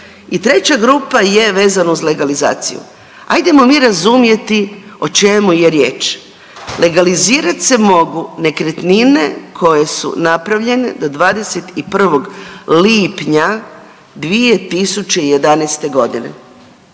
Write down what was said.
I treća grupa je vezano uz legalizaciju. Ajdemo mi razumjeti o čemu je riječ. Legalizirat se mogu nekretnine koje su napravljene do 21. lipnja 2011.g.,